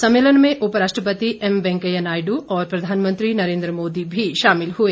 सम्मेलन में उपराष्ट्रपति एम वेंकैया नायडु और प्रधानमंत्री नरेन्द्र मोदी भी शामिल हुए